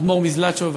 האדמו"ר מזלאטשוב,